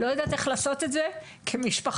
אני לא יודעת איך לעשות את זה כי כמשפחה,